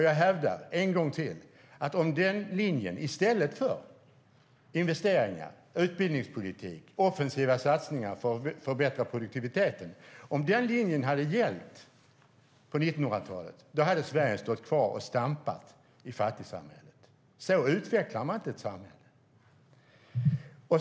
Jag hävdar en gång till att om den linjen - i stället för investeringar, utbildningspolitik, offensiva satsningar för att förbättra produktiviteten - hade gällt på 1900-talet hade Sverige stått kvar och stampat i fattigsamhället. Så utvecklar man inte ett samhälle!